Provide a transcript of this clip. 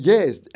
Yes